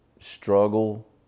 struggle